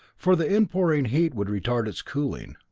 for the inpouring heat would retard its cooling.